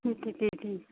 تی تی تی